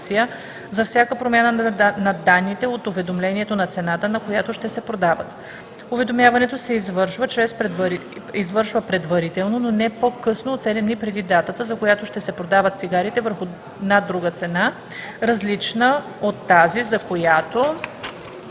за всяка промяна на данните от уведомлението на цената, на която ще се продават. Уведомяването се извършва предварително, но не по-късно от 7 дни преди датата, от която ще се продават цигарите на друга цена, различна от тази, за която